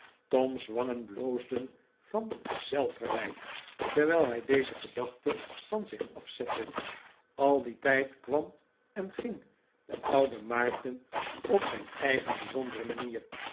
tom's wangen bloosden van zelfverwijt terwijl hij deze gedachte van zich afzette al dien tijd kwam en ging de oude maarten op zijn eigen bijzondere manier